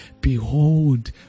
Behold